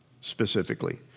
specifically